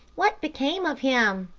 what became of him?